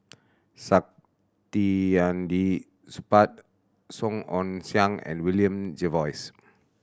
Saktiandi Supaat Song Ong Siang and William Jervois